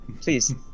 please